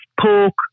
pork